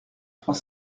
trois